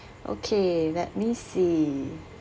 okay let me see